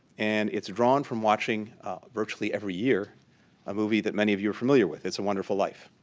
and it's drawn from watching virtually every year a movie that many of you are familiar with, it's a wonderful life.